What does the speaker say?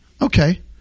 Okay